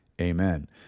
amen